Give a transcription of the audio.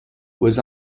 was